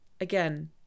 again